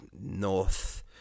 North